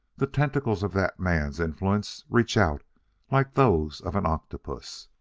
the tentacles of that man's influence reach out like those of an octopus.